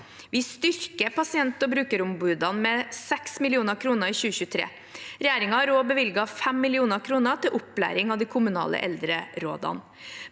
Vi styrker pasient- og brukerombudene med 6 mill. kr i 2023. Regjeringen har også bevilget 5 mill. kr til opplæring av de kommunale eldrerådene.